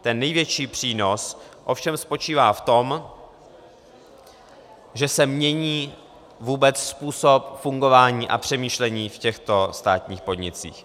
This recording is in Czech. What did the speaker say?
Ten největší přínos ovšem spočívá v tom, že se mění vůbec způsob fungování a přemýšlení v těchto státních podnicích.